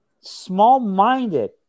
small-minded